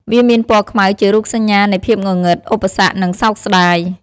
វាមានពណ៌ខ្មៅជារូបសញ្ញានៃភាពងងឹត ឧបសគ្គ និងសោកស្តាយ។